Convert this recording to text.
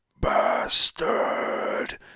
bastard